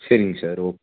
சரிங்க sir okay